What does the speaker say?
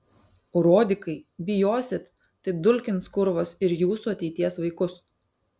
urodikai bijosit tai dulkins kurvos ir jūsų ateities vaikus